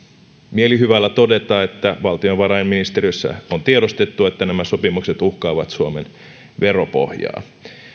mielihyvällä todeta että valtiovarainministeriössä on tiedostettu että nämä sopimukset uhkaavat suomen veropohjaa